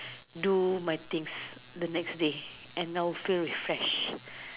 do my things the next day and now feel refresh